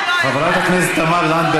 חברת הכנסת תמר זנדברג,